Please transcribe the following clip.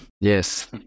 Yes